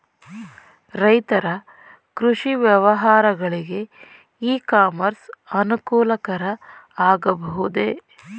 ರೈತರ ಕೃಷಿ ವ್ಯವಹಾರಗಳಿಗೆ ಇ ಕಾಮರ್ಸ್ ಅನುಕೂಲಕರ ಆಗಬಹುದೇ?